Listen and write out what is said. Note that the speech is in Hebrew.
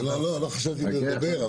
לא חשבתי לדבר,